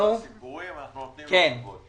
-- כל הסיפורים אנחנו נותנים לו כבוד.